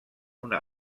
una